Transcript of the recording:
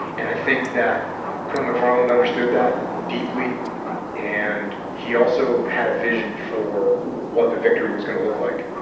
and i think that colonel mcfarland understood that deeply and he also had a vision for what the victory was going to look like.